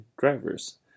drivers